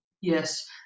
Yes